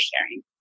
sharing